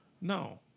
No